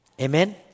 Amen